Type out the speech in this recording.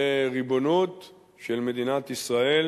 לריבונות של מדינת ישראל